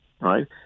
right